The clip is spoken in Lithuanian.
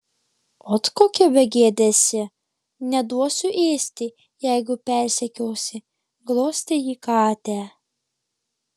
ot kokia begėdė esi neduosiu ėsti jeigu persekiosi glostė ji katę